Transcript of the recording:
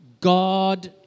God